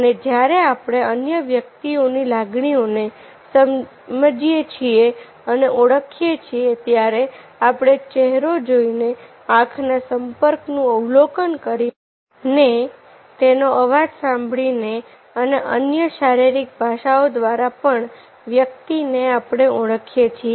અને જ્યારે આપણે અન્ય વ્યક્તિઓની લાગણીઓને સમજીએ છીએ અને ઓળખીએ છીએ ત્યારે આપણે ચહેરો જોઈને આંખના સંપર્કનું અવલોકન કરીને તેનો અવાજ સાંભળીને અને અન્ય શારીરિક ભાષાઓ દ્વારા પણ વ્યક્તિનો આપણે ઓળખીએ છીએ